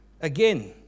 again